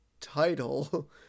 title